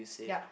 ya